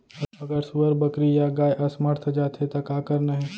अगर सुअर, बकरी या गाय असमर्थ जाथे ता का करना हे?